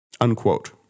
unquote